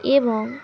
এবং